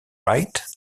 wright